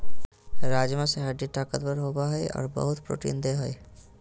राजमा से हड्डी ताकतबर होबो हइ और बहुत प्रोटीन देय हई